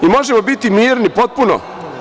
Možemo biti mirni potpuno.